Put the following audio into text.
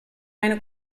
meine